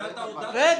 זה אתה הודעת --- רגע,